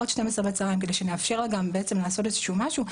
עד 12 בצוהרים כדי שנאפשר לה גם לעשות איזשהו משהו.